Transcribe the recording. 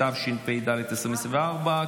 התשפ"ד 2024,